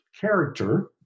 character